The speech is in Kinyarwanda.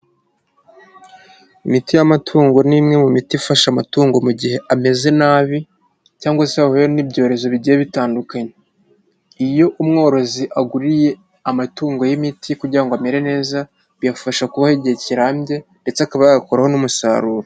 Imiti y'amatungo ni imwe mu miti ifasha amatungo mu gihe ameze nabi cyangwa se yahuye n'ibyorezo bigiye bitandukanye. Iyo umworozi aguriye amatungo ye imiti kugira ngo amere neza, biyabafasha kubaho igihe kirambye ndetse akaba yayakuraho n'umusaruro.